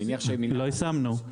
לא יישמנו.